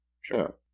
Sure